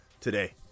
today